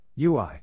UI